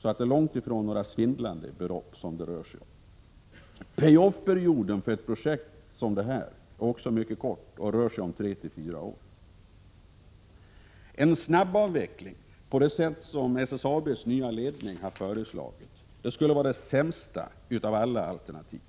så det är långt ifrån några svindlande belopp som det rör sig om. Pay off-perioden för ett projekt som detta är också mycket kort och rör sig om tre-fyra år. En snabbavveckling av gruvdivisionen på det sätt som SSAB:s nya ledning har föreslagit skulle vara det sämsta av alla alternativ.